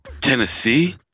Tennessee